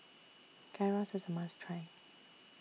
Gyros IS A must Try